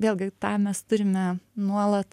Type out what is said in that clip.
vėlgi tą mes turime nuolat